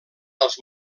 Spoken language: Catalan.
als